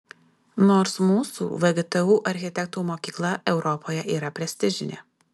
nors mūsų vgtu architektų mokykla europoje yra prestižinė